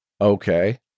okay